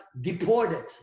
deported